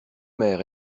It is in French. mères